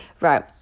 right